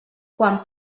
quan